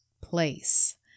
place